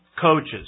coaches